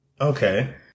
Okay